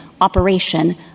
operation